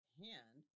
hand